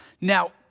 Now